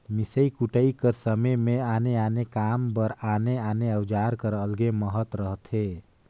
मिसई कुटई कर समे मे आने आने काम बर आने आने अउजार कर अलगे महत रहथे